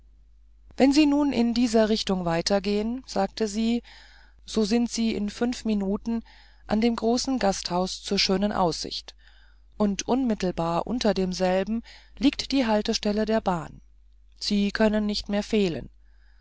wenn sie nun in dieser richtung weitergehen sagte sie so sind sie in fünf minuten an dem großen gasthaus zur schönen aussicht und unmittelbar unter demselben liegt die haltestelle der bahn sie können nicht mehr fehlen